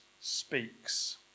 speaks